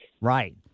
Right